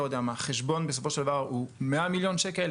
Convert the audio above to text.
החשבון בסופו של דבר הוא 100 מיליון שקל.